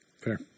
Fair